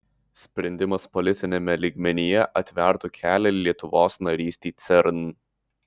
sprendimas politiniame lygmenyje atvertų kelią lietuvos narystei cern